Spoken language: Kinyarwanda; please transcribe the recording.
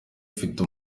ufite